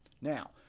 Now